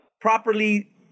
properly